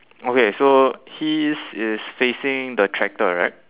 okay so he is is facing the tractor right